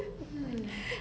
hmm